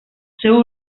seu